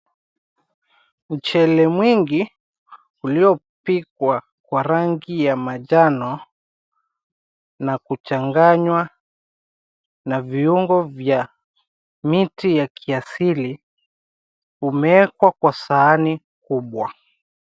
Mchele mingi uliopikwa kwa rangi ya manjano na kuchanganywa na viungo vya miti ya kiasili umewekwa kwa sahani kubwa.